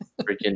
Freaking